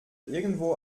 irgendwo